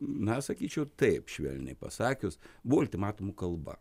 na sakyčiau taip švelniai pasakius buvo ultimatumų kalba